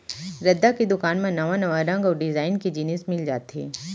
रद्दा के दुकान म नवा नवा रंग अउ डिजाइन के जिनिस मिल जाथे